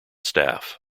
staff